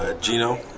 Gino